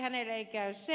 hänelle ei käy se